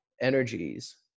energies